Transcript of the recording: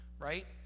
right